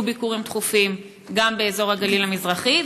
ביקורים תכופים גם באזור הגליל המזרחי,